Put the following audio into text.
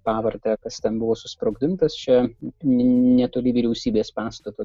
pavartę kas ten buvo susprogdintas čia netoli vyriausybės pastato